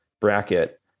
bracket